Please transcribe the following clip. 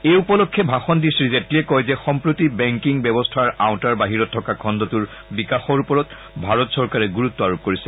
এই উপলক্ষে ভাষণ দি শ্ৰী জেটলীয়ে কয় যে সম্প্ৰতি বেংকিং ব্যৱস্থাৰ আওতাঁৰ বাহিৰত থকা খণ্ডটোৰ বিকাশৰ ওপৰত ভাৰত চৰকাৰে গুৰুত্ব আৰোপ কৰিছে